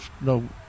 no